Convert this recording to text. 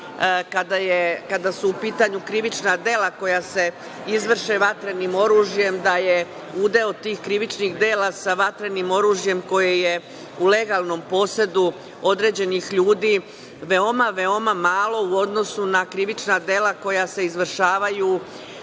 kada su u pitanju krivična dela koja se izvrše vatrenim oružjem da je udeo tih krivičnih dela sa vatrenim oružjem koje je u legalnom posedu određenih ljudi veoma, veoma malo u odnosu na krivična dela koja se izvršavaju